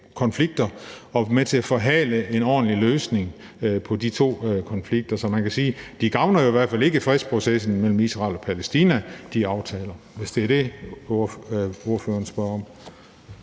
konflikter og er med til at forhale en ordentlig løsning på de to konflikter. Så man kan sige, at de aftaler jo i hvert fald ikke gavner i fredsprocessen mellem Israel og Palæstina, hvis det er det, ordføreren spørger om.